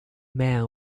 man